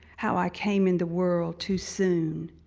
how i came in the world too soon,